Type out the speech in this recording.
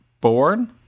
born